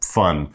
fun